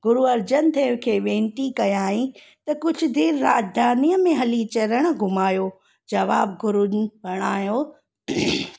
गुरू अर्जन देव खे वेनिती कयाई त कुझु देरि राजधानीअ में हली चरण घुमायो जवाब गुरुनि बणायो